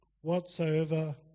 whatsoever